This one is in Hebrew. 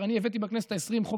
אני הבאתי בכנסת העשרים חוק